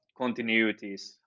continuities